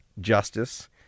Justice